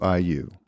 IU—